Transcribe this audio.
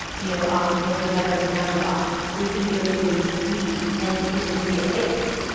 you know, often kids would have their cameras off. so we couldn't really even see any even see a face,